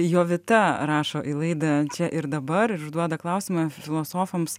jovita rašo į laidą čia ir dabar užduoda klausimą filosofams